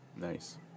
Nice